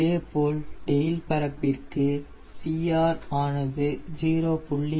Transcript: இதே போல் டெயில் பரப்பிற்கு CR ஆனது 0